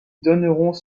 donneront